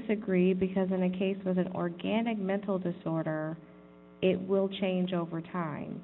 disagree because in my case with an organic mental disorder it will change over time